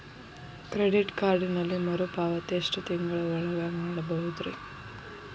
Credit ಕಾರ್ಡಿನಲ್ಲಿ ಮರುಪಾವತಿ ಎಷ್ಟು ತಿಂಗಳ ಒಳಗ ಮಾಡಬಹುದ್ರಿ?